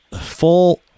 full